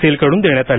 सेलकड्रन देण्यात आली